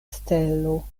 stelo